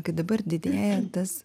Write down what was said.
kad dabar didėja tas